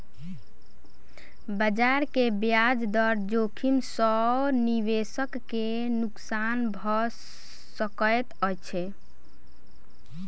बजार के ब्याज दर जोखिम सॅ निवेशक के नुक्सान भ सकैत छै